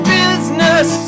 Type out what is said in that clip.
business